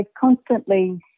constantly